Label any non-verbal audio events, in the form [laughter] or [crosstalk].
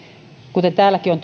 kuten täälläkin on [unintelligible]